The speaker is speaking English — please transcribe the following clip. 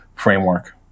framework